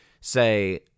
say